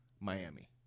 Miami